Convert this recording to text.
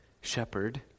shepherd